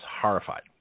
horrified